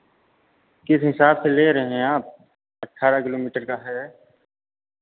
किस हिसाब से ले रहे हैं आप अठारह किलोमीटर का है